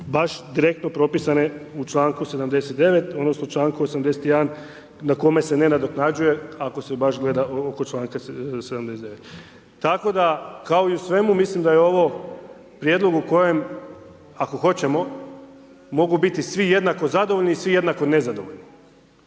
baš direktno povezane u članku 79. odnosno, u članku 81. na kojem se ne nadoknađuje ako se baš gleda oko članka 79. Tako da, kao i u svemu, mislim da je ovo prijedlog u kojem ako hoćemo, mogu biti svi jednako zadovoljni i svi jednako nezadovoljni.